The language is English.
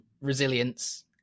resilience